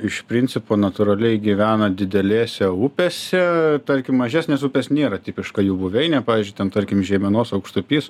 iš principo natūraliai gyvena didelėse upėse tarkim mažesnės upės nėra tipiška jų buveinė pavyzdžiui ten tarkim žeimenos aukštupys